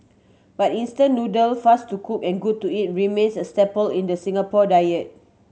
but instant noodles fast to cook and good to eat remains a staple in the Singapore diet